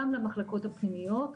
גם למחלקות הפנימיות,